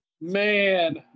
Man